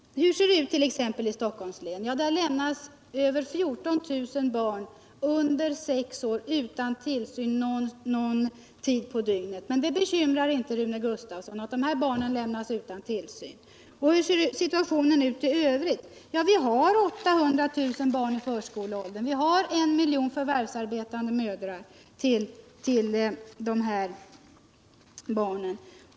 Hur ser det ut it.ex. Stockholms län? Där lämnas över 14 000 barn under sex år utan tillsyn någon tid på dygnet. Men att så sker bekymrar inte Rune Gustavsson. Hur är situationen i övrigt? Vi har 800 000 barn i förskolåldern, vi har 1 miljon förvärvsarbetande mödrar till dessa barn.